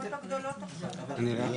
למה?